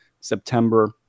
September